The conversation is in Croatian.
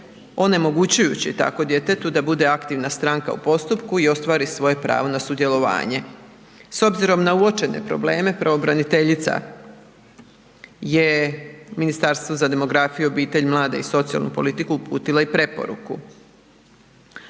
onemogućuju tako djetetu da bude aktivna stranka u postupku i ostvari svoje pravo na sudjelovanje. S obzirom na uočene probleme, pravobraniteljica je Ministarstvu za demografiju, obitelj, mlade i socijalnu politiku uputila i preporuku.